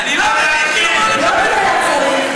אני רק רוצה לשאול שאלה.